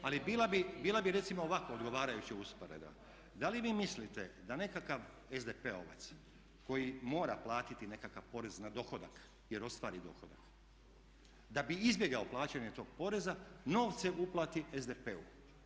Ali bila bi recimo ovako odgovarajuća usporedba, da li vi mislite da nekakav SDP-ovac koji mora platiti nekakav porez na dohodak, jer ostvari dohodak, da bi izbjegao plaćanje tog poreza novce uplati SDP-u.